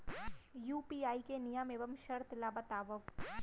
UPI के नियम एवं शर्त ला बतावव